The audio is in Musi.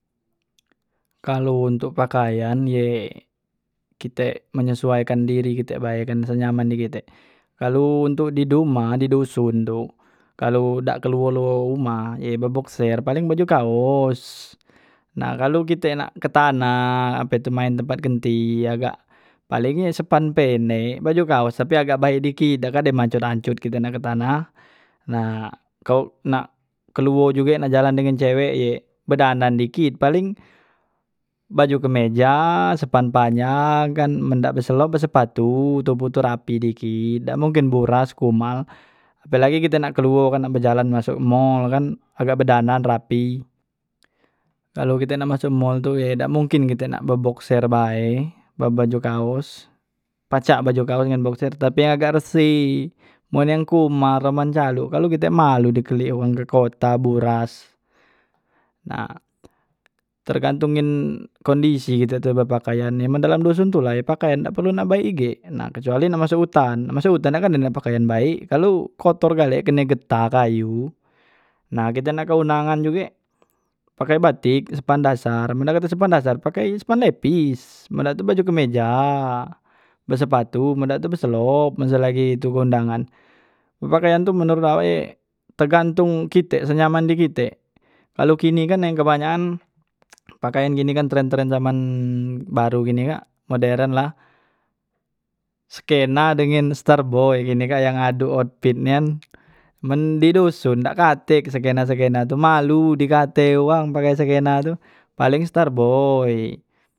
Kalo untuk pakaian ye kite menyesuaikan diri kite bae kan senyaman nye kite kalu untuk di dumah di duson tu kalu dak keluo luo umah ye be bokser paleng baju kaos nah kalu kite nak ke tanah apetu main tempat genti agak paling sepan pendek baju kaos tapi agak baek dikit dak kade mancot ancot kite nak ke tanah nah kao nak keluo juge nak jalan dengan cewe ye bedandan dikit paling baju kemeja, sepan panjang kan men dak be selop be sepatu toboh tu rapi dikit dak mungkin buras kumal apelagi kite nak keluo kan nak bejalan kan masok mol kan agak bedandan rapi kalu kite nak masuk mol tu ye dak mungkin kite nak be bokser bae be baju kaos, pacak baju kaos ngan bokser tapi yang gak resih man yang kumal la man calok kalu kite malu di kelik uwang ke kota buras nah tergantung ngen kondisi kite tu bepakaian ye men dalam duson tula pakaian dak perlu nak baek igek na kecuali nak masok utan, nak masok utan kan nak kade nak pakaian baek kalu kotor gale kene getah kayu nah kite nak undangan juge pake batik sepan dasar men datek sepan dasar pakein sepan lepis men dak tu baju kemeja besepatu men dak tu beselop men selagi tu kondangan bepakaian tu menurut awek tegantung kite senyaman di kite kalu kini kan yang kebanyakan pakean kini kan tren tren zaman baru ini kak modern lah skena dengen starboy ene kak yang ado otpit nian men di duson dak katek skena skena tu malu di kate uwang pake skena tu paling starboy